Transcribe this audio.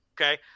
Okay